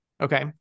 Okay